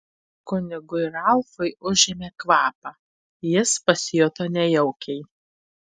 kunigui ralfui užėmė kvapą jis pasijuto nejaukiai